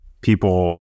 people